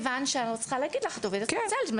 אני לא צריכה להגיד לך, את עובדת סוציאלית.